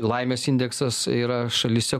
laimės indeksas yra šalyse